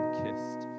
kissed